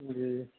जी